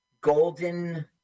Golden